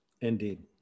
Indeed